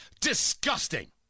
disgusting